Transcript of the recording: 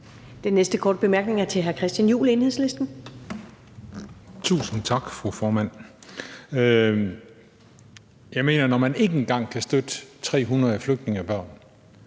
Den næste korte bemærkning er til hr. Christian Juhl, Enhedslisten. Kl. 18:07 Christian Juhl (EL): Tusind tak, fru formand. Jeg mener, at når man ikke engang kan støtte 300 flygtningebørn,